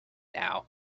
now